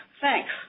Thanks